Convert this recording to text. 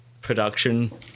production